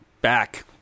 back